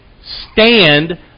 stand